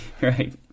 Right